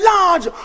Large